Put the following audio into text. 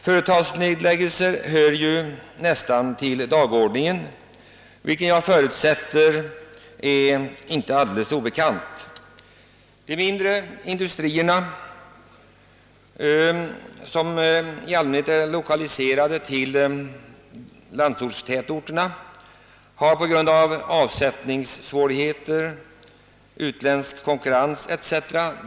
Företagsnedläggelser hör nästan till dagordningen, vilket jag förutsätter icke är alldeles obekant. De mindre industrierna, som i stor utsträckning är lokaliserade till landsortstätorterna, har på grund av avsättningssvårigheter, utländsk konkurrens etc.